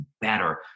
better